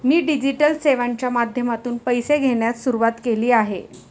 मी digital सेवांच्या माध्यमातून पैसे घेण्यास सुरुवात केली आहे